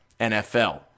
NFL